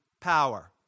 power